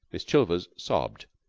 miss chilvers sobbed.